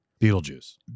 Beetlejuice